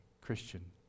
Christian